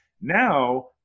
now